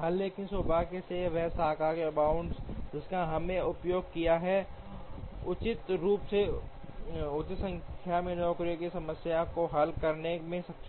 हल लेकिन सौभाग्य से वह शाखा और बाउंड जिसका हमने उपयोग किया है उचित रूप से उचित संख्या में नौकरियों की समस्याओं को हल करने में सक्षम है